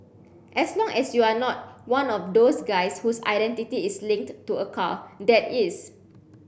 as long as you're not one of those guys whose identity is linked to a car that is